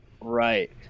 Right